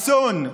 אסון.